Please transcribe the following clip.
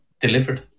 delivered